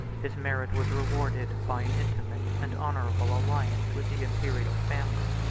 his merit was rewarded by an intimate and honorable alliance with the imperial family.